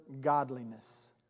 godliness